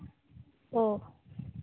ᱚᱸᱻ